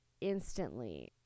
instantly